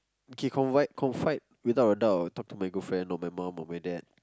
okay confide confide without a doubt I would talk to my girlfriend or my mum or my dad